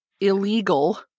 illegal